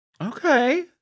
Okay